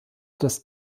das